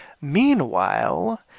Meanwhile